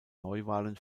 neuwahlen